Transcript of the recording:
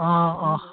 অঁ অঁ